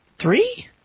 Three